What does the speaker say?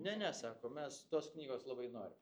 ne ne sako mes tos knygos labai norim